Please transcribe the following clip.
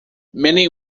many